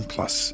Plus